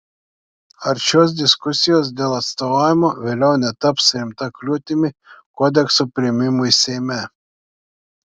ar šios diskusijos dėl atstovavimo vėliau netaps rimta kliūtimi kodekso priėmimui seime